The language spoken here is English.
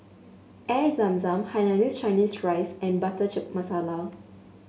Air Zam Zam Hainanese Chicken Rice and butter chip masala